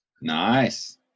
Nice